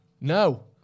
No